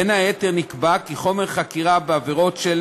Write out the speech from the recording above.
בין היתר נקבע כי חומר חקירה בעבירות של